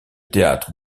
théâtre